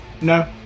No